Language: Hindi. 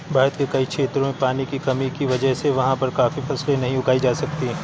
भारत के कई क्षेत्रों में पानी की कमी की वजह से वहाँ पर काफी फसलें नहीं उगाई जा सकती